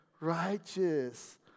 righteous